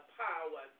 power